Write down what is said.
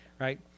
Right